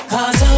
Cause